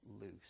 loose